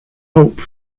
hope